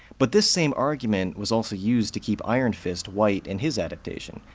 but this same argument was also used to keep iron fist white in his adaptation.